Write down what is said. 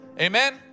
Amen